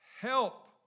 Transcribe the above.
Help